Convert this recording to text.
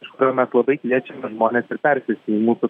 iš kurio mes labai kviečiame žmones ir persėsti į mūsų